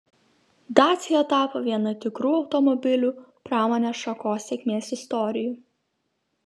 dacia tapo viena tikrų automobilių pramonės šakos sėkmės istorijų